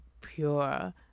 pure